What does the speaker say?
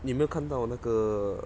你有没有看到那个